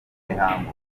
mihango